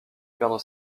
perdre